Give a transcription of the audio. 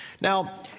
Now